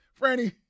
Franny